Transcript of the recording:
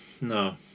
No